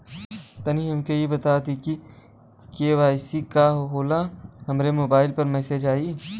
तनि हमके इ बता दीं की के.वाइ.सी का होला हमरे मोबाइल पर मैसेज आई?